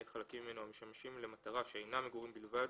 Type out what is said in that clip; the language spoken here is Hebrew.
למעט חלקים ממנו המשמשים למטרה שאינה מגורים בלבד,